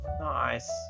Nice